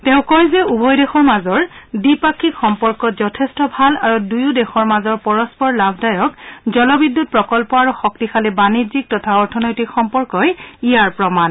তেওঁ কয় যে উভয় দেশৰ মাজৰ দ্বিপাক্ষিক সম্পৰ্ক যথেষ্ট ভাল আৰু দূয়ো দেশৰ মাজৰ পৰস্পৰ লাভদায়ক জলবিদ্যুৎ প্ৰকল্প আৰু শক্তিশালী বাণিজ্যিক তথা অৰ্থনৈতিক সম্পৰ্কই ইয়াৰ প্ৰমাণ